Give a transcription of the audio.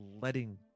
letting